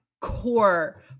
core